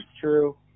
true